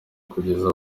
kugeza